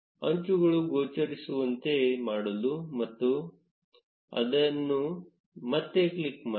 ಅಂಚುಗಳು ಗೋಚರಿಸುವಂತೆ ಮಾಡಲು ಅದನ್ನು ಮತ್ತೆ ಕ್ಲಿಕ್ ಮಾಡಿ